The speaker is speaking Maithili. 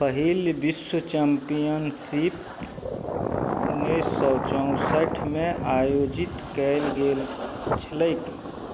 पहिल विश्व चैम्पियनशिप उन्नैस सओ चौसठिमे आयोजित कयल गेल छलैक